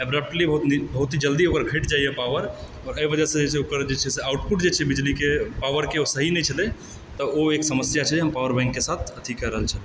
अबडौटली बहुत ही जल्दी ओकर घटि जाइए पॉवर एहि वजहसंँ जे छै ओकर आउटपुट जे छै बिजलीके पॉवरके ओ सही नहि छलै तऽ ओ एक समस्या छै पॉवर बैंकके साथ एथी कए रहल छलै